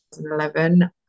2011